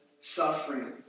suffering